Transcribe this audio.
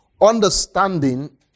understanding